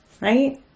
right